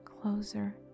closer